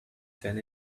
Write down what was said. ten